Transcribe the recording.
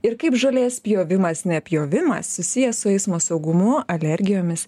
ir kaip žolės pjovimas nepjovimas susijęs su eismo saugumu alergijomis